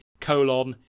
colon